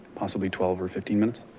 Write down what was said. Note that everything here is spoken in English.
possibly twelve or fifteen minutes?